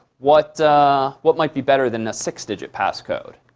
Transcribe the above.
what what might be better than a six digit passcode?